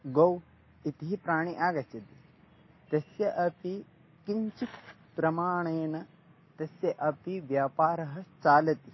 गौः इतिः प्राणिनः आगच्छन्ति तस्य अपि किञ्चित् प्रमाणेन तस्य अपि व्यापारः चलति